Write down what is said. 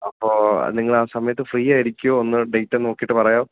അപ്പോൾ നിങ്ങളാ സമയത്ത് ഫ്രീ ആയിരിക്കുമോ ഒന്ന് ഡേറ്റൊന്ന് നോക്കിയിട്ട് പറയുമോ